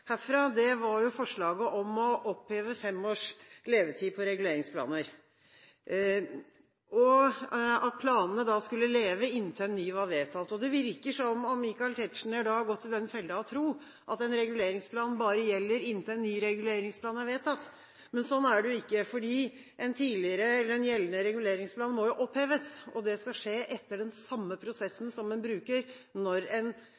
herfra, var forslaget om å oppheve fem års levetid for reguleringsplaner, og at planene da skulle leve inntil en ny plan var vedtatt. Det virker som om Michael Tetzschner da har gått i den fellen å tro at en reguleringsplan bare gjelder inntil en ny reguleringsplan er vedtatt. Men sånn er det jo ikke, for en gjeldende reguleringsplan må jo oppheves, og det skal skje etter den samme prosessen som en bruker når en